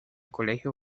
colegio